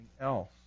else